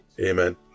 Amen